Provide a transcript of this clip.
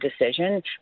decision